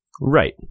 Right